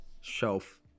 shelf